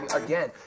again